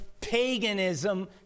paganism